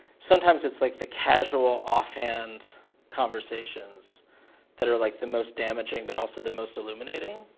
sometimes, it's like the casual offhand conversations that are, like, the most damaging, but also the most illuminating,